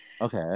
Okay